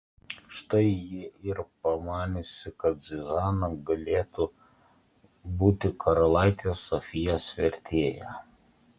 štai ji ir pamaniusi kad zuzana galėtų būti karalaitės sofijos vertėja